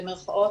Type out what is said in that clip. במרכאות,